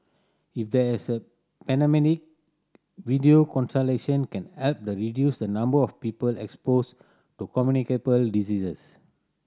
if there is a video consultation can help the reduce the number of people exposed to communicable diseases